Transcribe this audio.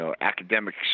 academic